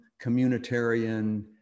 communitarian